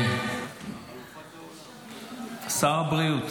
שר הבריאות.